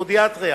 פודיאטריה,